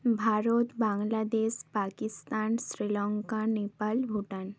Bharat Bangladesh Pakistan Sri Lanka Nepal Bhutan